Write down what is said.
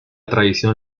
tradición